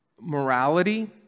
morality